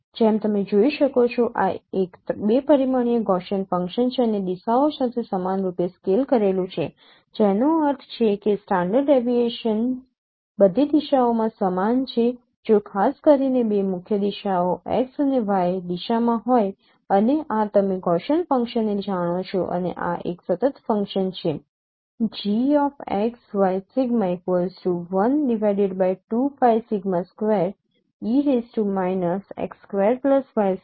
જેમ તમે જોઈ શકો છો આ એક 2 પરિમાણીય ગૌસીયન ફંક્શન છે અને દિશાઓ સાથે સમાનરૂપે સ્કેલ કરેલું છે જેનો અર્થ એ છે કે સ્ટાન્ડર્ડ ડેવિએશન્સ બધી દિશાઓમાં સમાન છે જો ખાસ કરીને બે મુખ્ય દિશાઓ x અને y દિશામાં હોય અને આ તમે ગૌસીયન ફંક્શનને જાણો છો અને આ એક સતત ફંક્શન છે